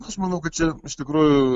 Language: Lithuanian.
aš manau kad čia iš tikrųjų